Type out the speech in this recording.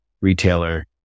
retailer